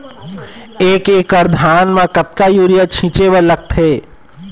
एक एकड़ धान म कतका यूरिया छींचे बर लगथे?